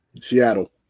Seattle